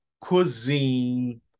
cuisine